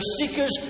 seekers